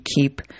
keep